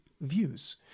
views